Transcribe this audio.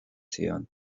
zion